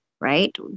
right